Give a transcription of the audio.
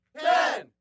Ten